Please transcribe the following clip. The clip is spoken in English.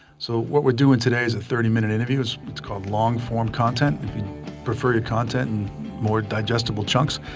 so what we're doing today is a thirty minute interview. it's it's called long form content prefer your content in more digestible chunks,